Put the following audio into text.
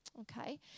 Okay